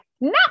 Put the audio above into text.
no